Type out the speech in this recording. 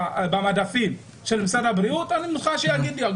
במדפים של משרד הבריאות אני מוכן שיגיד לי.